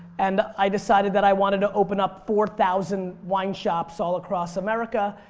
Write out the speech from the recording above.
and i decided that i wanted to open up four thousand wine shops all across america.